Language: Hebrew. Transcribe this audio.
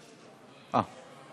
אה,